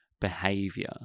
behavior